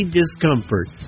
discomfort